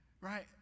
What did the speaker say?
right